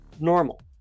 normal